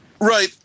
Right